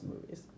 movies